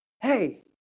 Hey